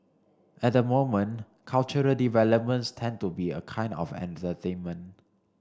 at the moment cultural developments tend to be a kind of entertainment